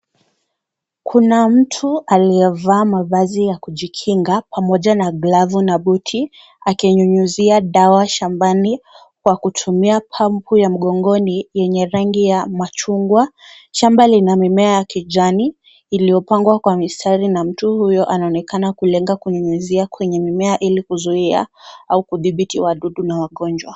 Kuna mtu aliyevaa mavazi ya kujikinga pamoja na glavu na buti akinyunyizia dawa shambani kwa kutumia pampu mgongoni yenye rangi ya machungwa. Shamba lina mimea ya kijani iliyopangwa kwa mstari na mtu huyo anaonekana kulenga kunyunyizia kwenye mimea ili kuzuia au kudhibiti wadudu na magonjwa.